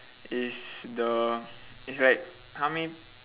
is the is like how many